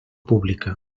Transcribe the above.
pública